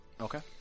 Okay